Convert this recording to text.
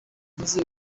nize